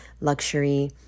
luxury